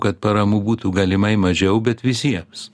kad paramų būtų galimai mažiau bet visiems